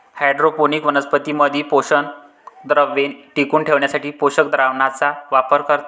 hydroponics वनस्पतीं मधील पोषकद्रव्ये टिकवून ठेवण्यासाठी पोषक द्रावणाचा वापर करतात